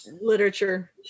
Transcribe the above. Literature